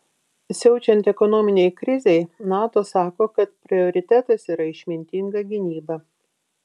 siaučiant ekonominei krizei nato sako kad prioritetas yra išmintinga gynyba